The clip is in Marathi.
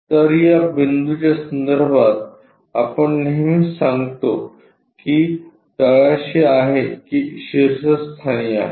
तर या बिंदूच्या संदर्भात आपण नेहमी सांगतो की ते तळाशी आहे की शीर्षस्थानी आहे